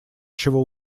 чего